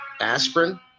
aspirin